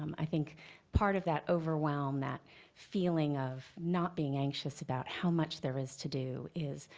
um i think part of that overwhelm, that feeling of not being anxious about how much there is to do is,